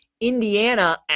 Indiana